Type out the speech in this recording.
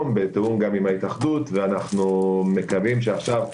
בתיאום גם עם ההתאחדות ומקווים שעכשיו,